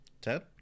Ted